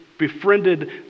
Befriended